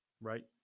Right